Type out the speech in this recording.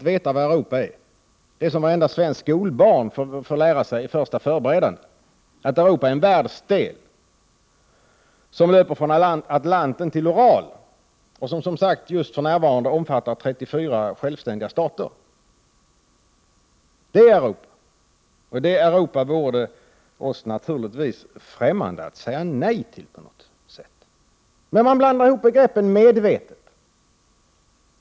Varje svenskt skolbarn får lära sig i första förberedande att Europa är en världsdel som löper från Atlanten TI till Ural och som för närvarande omfattar 34 självständiga stater. För oss vore det naturligtvis ffrämmande att säga nej till detta Europa. Men man blandar ihop begreppen medvetet.